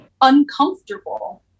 uncomfortable